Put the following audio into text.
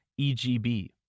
EGB